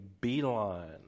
beeline